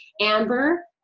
Amber